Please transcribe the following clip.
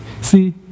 See